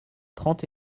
trente